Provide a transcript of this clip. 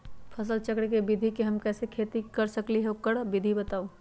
फसल चक्र के विधि से हम कैसे खेती कर सकलि ह हमरा ओकर विधि बताउ?